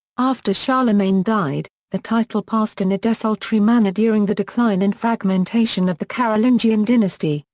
after charlemagne died, the title passed in a desultory manner during the decline and fragmentation of the carolingian dynasty,